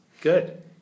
good